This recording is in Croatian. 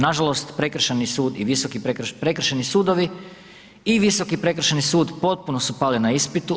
Nažalost Prekršajni sud i Visoki prekršajni, prekršajni sudovi i Visoki prekršajni sud potpuno su pali na ispitu.